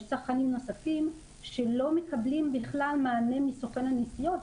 יש צרכנים נוספים שלא מקבלים בכלל מענה מסוכן הנסיעות.